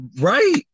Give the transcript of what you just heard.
Right